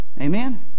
Amen